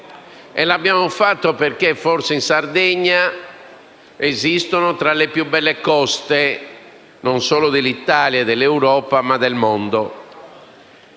L'abbiamo fatto perché forse in Sardegna esistono alcune tra le più belle coste non solo dell'Italia e dell'Europa, ma del mondo.